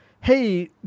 hey